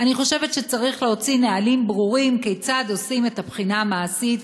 אני חושבת שצריך להוציא נהלים ברורים כיצד עושים את הבחינה המעשית,